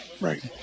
Right